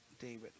David